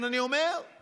אני מאוד מכבד אותם.